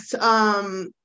yes